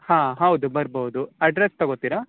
ಹಾಂ ಹೌದು ಬರ್ಬೋದು ಅಡ್ರಸ್ ತಗೊತಿರಾ